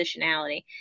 positionality